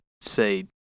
say